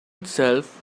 itself